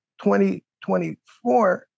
2024